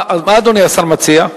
מה אדוני השר מציע?